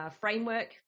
framework